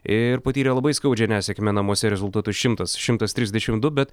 ir patyrė labai skaudžią nesėkmę namuose rezultatu šimtas šimtas trisdešimt du bet